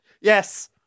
Yes